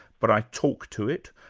but i talk to it.